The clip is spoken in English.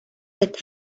with